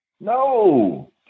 No